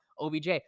OBJ